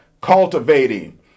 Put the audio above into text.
cultivating